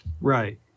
right